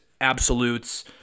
absolutes